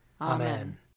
Amen